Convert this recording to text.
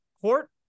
court